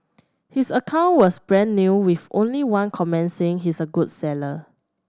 his account was brand new with only one comment saying he's a good seller